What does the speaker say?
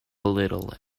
little